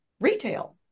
Retail